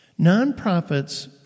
Nonprofits